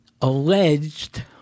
alleged